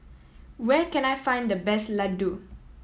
where can I find the best Ladoo